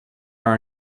are